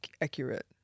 accurate